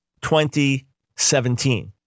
2017